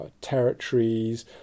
territories